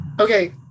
okay